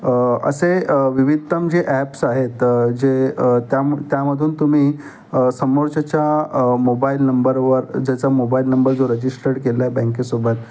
असे विविधतम जे ॲप्स आहेत जे त्या त्यामधून तुम्ही समोरच्या मोबाईल नंबरवर ज्याचा मोबाईल नंबर जो रजिस्टर्ड केला आहे बँकेसोबत